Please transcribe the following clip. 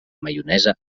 maionesa